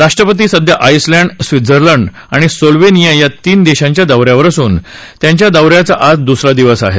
राष्ट्रपती सध्या Iceland Switzerland आणि सोलवेनिया या तीन देशांच्या दौऱ्यावर असून त्यांच्या दौऱ्याचा आज दुसरा दिवस आहे